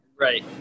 Right